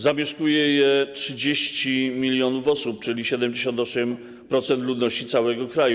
Zamieszkuje je 30 mln osób, czyli 78% ludności całego kraju.